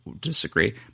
disagree